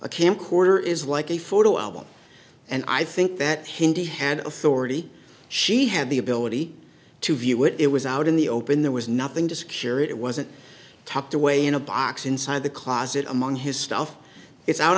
a camcorder is like a photo album and i think that hindi had authority she had the ability to view it it was out in the open there was nothing to secure it it wasn't tucked away in a box inside the closet among his stuff it's out